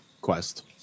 quest